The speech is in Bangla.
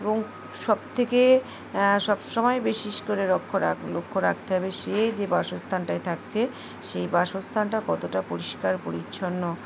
এবং সবথেকে সব সময় বেশিষ করে লক্ষ্য রাখ লক্ষ্য রাখতে হবে সে যে বাসস্থানটাই থাকছে সেই বাসস্থানটা কতটা পরিষ্কার পরিচ্ছন্ন